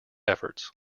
efforts